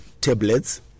tablets